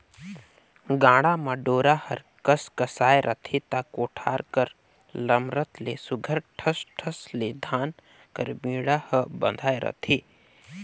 गाड़ा म डोरा हर कसकसाए रहथे ता कोठार कर लमरत ले सुग्घर ठस ठस ले धान कर बीड़ा हर बंधाए रहथे